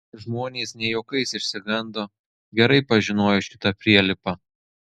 žmonės ne juokais išsigando gerai pažinojo šitą prielipą